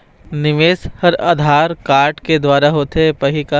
निवेश हर आधार कारड के द्वारा होथे पाही का?